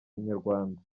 inyarwanda